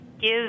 give